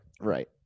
Right